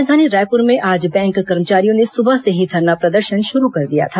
राजधानी रायपूर में आज बैंक कर्मचारियों ने सुबह से ही धरना प्रदर्शन शुरू कर दिया था